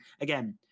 again